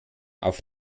auf